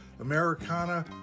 americana